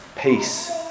peace